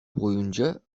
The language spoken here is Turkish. boyunca